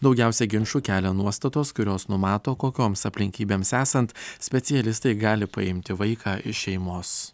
daugiausia ginčų kelia nuostatos kurios numato kokioms aplinkybėms esant specialistai gali paimti vaiką iš šeimos